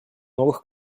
новых